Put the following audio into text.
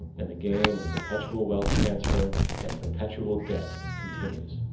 and the game of perpetual wealth transfer and perpetual debt continues.